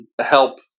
help